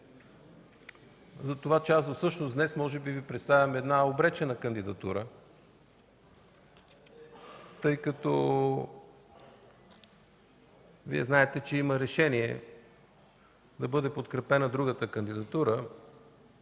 за това, че днес всъщност може би Ви представям една обречена кандидатура, тъй като Вие знаете, че има решение да бъде подкрепена другата кандидатура.